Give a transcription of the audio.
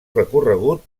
recorregut